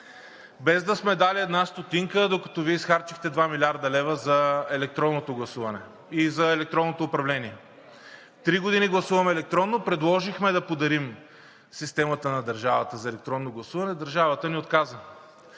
без да сме дали една стотинка, докато Вие изхарчихте 2 млрд. лв. за електронното гласуване и за електронното управление. Три години гласуваме електронно. Предложихме да подарим на държавата системата за електронно гласуване – държавата ни отказа.